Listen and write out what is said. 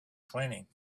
cleaning